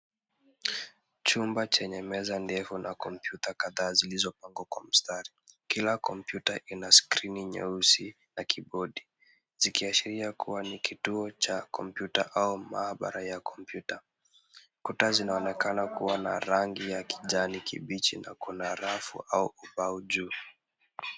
Chumba chenye meza ndefu na kompyuta kadhaa zilizopangwa kwa mstari. Kila kompyuta ina skrini nyeusi na kibodi zikiashiria kituo cha kompyuta au maabara ya kompyuta. Kuta zinaonekana kuwa na rangi ya kijani kibichi na kuna rafu au ubao juu.